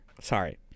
Sorry